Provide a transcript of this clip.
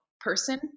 person